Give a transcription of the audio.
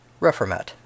Reformat